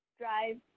Drive